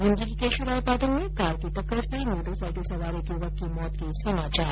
ब्रंदी के कैशोरायपाटन में कार की टक्कर से मोटरसाईकिल सवार एक युवक की मौत हो गई